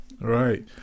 Right